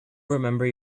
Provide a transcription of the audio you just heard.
remember